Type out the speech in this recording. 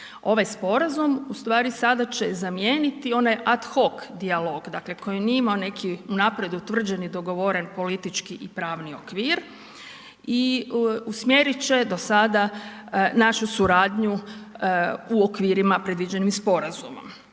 Ovaj sporazum ustvari sada će zamijeniti onaj ad hoc dijalog dakle koji nije imao neki unaprijed utvrđeni dogovoren politički i pravni okvir i usmjerit će do sada našu suradnju u okvirima predviđenim sporazumom.